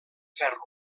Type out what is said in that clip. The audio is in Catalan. ferro